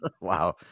Wow